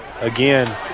Again